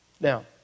Now